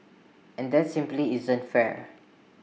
and that simply isn't fair